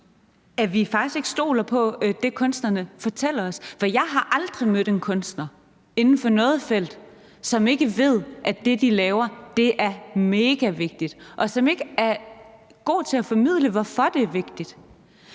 at vi faktisk ikke stoler på det, kunstnerne fortæller os. For jeg har aldrig mødt en kunstner inden for noget felt, som ikke ved, at det, de laver, er megavigtigt, og som ikke er god til at formidle, hvorfor det er vigtigt.